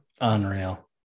Unreal